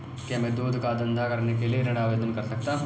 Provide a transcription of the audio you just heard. क्या मैं दूध का धंधा करने के लिए ऋण आवेदन कर सकता हूँ?